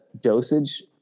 dosage